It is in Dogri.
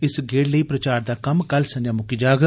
इस गेड़ लेई प्रचार दा कम्म कल संझां मुक्की जाग